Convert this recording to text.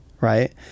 right